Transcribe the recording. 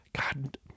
God